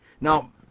Now